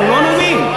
לא נאומים.